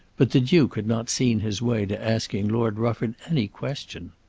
but the duke had not seen his way to asking lord rufford any question.